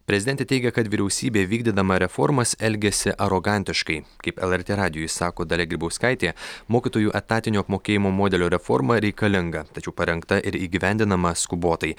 prezidentė teigia kad vyriausybė vykdydama reformas elgiasi arogantiškai kaip lrt radijui sako dalia grybauskaitė mokytojų etatinio apmokėjimo modelio reforma reikalinga tačiau parengta ir įgyvendinama skubotai